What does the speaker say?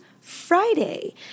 Friday